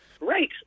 right